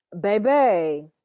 Baby